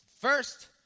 first